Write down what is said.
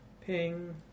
ping